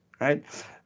Right